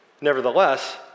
Nevertheless